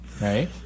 right